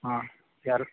ಹಾಂ ಯಾರು